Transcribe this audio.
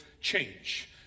change